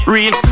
Real